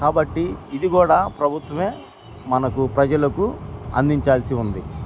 కాబట్టి ఇది కూడా ప్రభుత్వమే మనకు ప్రజలకు అందించాల్సి ఉంది